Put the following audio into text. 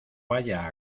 vaya